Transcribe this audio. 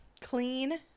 Clean